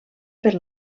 per